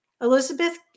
Elizabeth